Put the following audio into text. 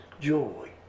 joy